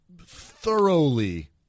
thoroughly